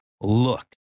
look